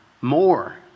more